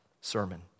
sermon